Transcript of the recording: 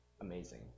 amazing